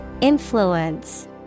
Influence